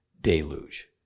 deluge